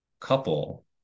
couple